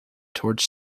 towards